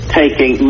taking